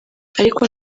ariko